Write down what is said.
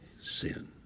sin